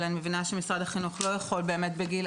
אבל אני מבינה שמשרד החינוך לא יכול לקחת